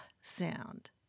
sound